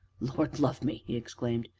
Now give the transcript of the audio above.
lord love me! he exclaimed,